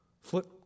Flip